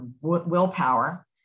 willpower